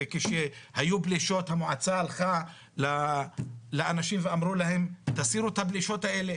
וכשהיו פלישות המועצה הלכה לאנשים ואמרו להם 'תסירו את הפלישות האלה'.